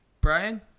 Brian